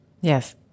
Yes